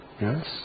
Yes